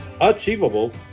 achievable